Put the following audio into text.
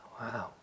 wow